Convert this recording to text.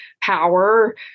power